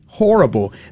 Horrible